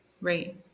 Right